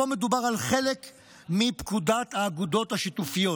מדובר פה על חלק מפקודת האגודות השיתופיות.